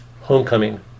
Homecoming